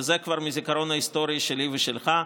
וזה כבר מהזיכרון ההיסטורי שלי ושלך.